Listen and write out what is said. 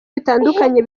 bitandukanye